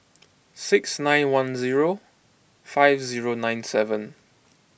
six nine one zero five zero nine seven